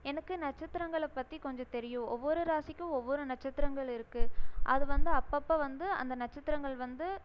எனக்கு நட்சத்திரங்களை பற்றி கொஞ்சம் தெரியும் ஒவ்வொரு ராசிக்கும் ஒவ்வொரு நட்சத்திரங்கள் இருக்கு அது வந்து அப்பப்போ வந்து அந்த நட்சத்திரங்கள் வந்து